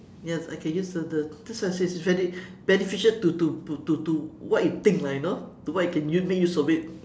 yes I can use the the that's why say it's very beneficial to to to to to what you think lah you know to what you can make use of it